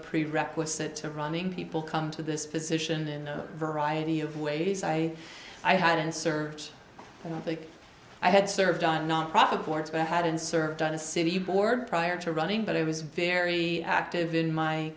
prerequisite to running people come to this position in a variety of ways i i hadn't served i don't think i had served on nonprofit courts but i hadn't served on the city board prior to running but i was very active in my